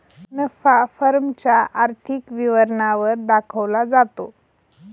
नफा फर्म च्या आर्थिक विवरणा वर दाखवला जातो